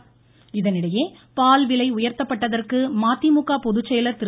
வைகோ பால் இதனிடையே பால் விலை உயர்த்தப்பட்டதற்கு மதிமுக பொதுச்செயலர் திரு